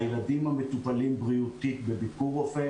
הילדים המטופלים בריאותית ב-ביקור רופא",